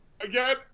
again